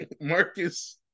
marcus